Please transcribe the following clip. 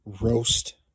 Roast